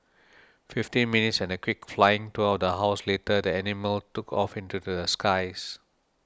fifteen minutes and a quick flying tour of the house later the animal took off into the skies